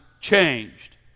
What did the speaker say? changed